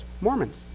Mormons